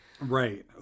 Right